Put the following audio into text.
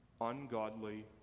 Ungodly